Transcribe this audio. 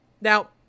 Now